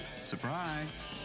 Surprise